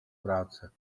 práce